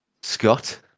Scott